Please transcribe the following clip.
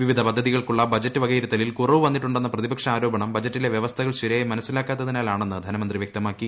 വിവിധ പദ്ധതികൾക്കുള്ള ബജറ്റ് വകയിരുത്തലിൽ കുറവു വന്നിട്ടുണ്ടെന്ന പ്രതിപക്ഷ ആരോപണം ബജറ്റിലെ വൃവസ്ഥകൾ ശരിയായി മനസ്സിലാക്കാത്തതിനാലാണെന്ന് ധനമന്ത്രി വ്യക്തമാക്കി